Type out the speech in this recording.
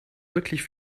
wirklich